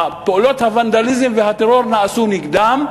שלמרות העובדה שפעולות הטרור והוונדליזם נעשו נגדם,